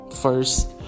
first